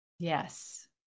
Yes